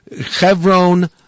Chevron